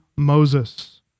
Moses